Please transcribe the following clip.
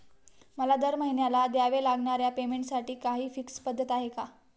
मला दरमहिन्याला द्यावे लागणाऱ्या पेमेंटसाठी काही फिक्स पद्धत आहे का?